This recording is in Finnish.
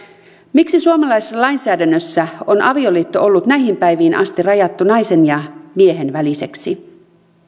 miksi suomalaisessa lainsäädännössä on avioliitto ollut näihin päiviin asti rajattu naisen ja miehen väliseksi